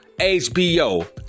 HBO